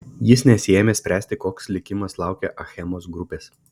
jis nesiėmė spręsti koks likimas laukia achemos grupės